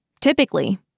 Typically